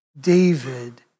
David